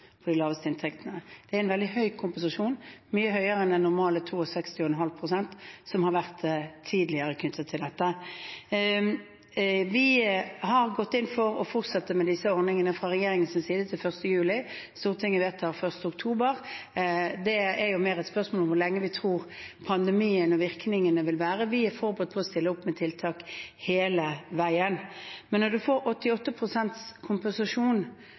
Det er en veldig høy kompensasjon, mye høyere enn de normalt 62,5 pst. som det har vært tidligere knyttet til dette. Vi har fra regjeringens side gått inn for å fortsette med disse ordningene til 1. juli, Stortinget vedtok 1. oktober. Det er mer et spørsmål om hvor lenge vi tror pandemien og virkningene vil vare. Vi er forberedt på å stille opp med tiltak hele veien. Men når man får 88 pst. kompensasjon,